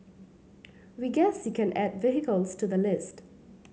we guess you can add vehicles to the list